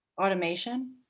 automation